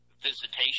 visitation